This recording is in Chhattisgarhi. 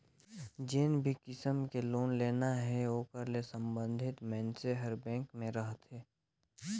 जेन भी किसम के लोन लेना हे ओकर ले संबंधित मइनसे हर बेंक में रहथे